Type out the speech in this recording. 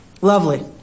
Lovely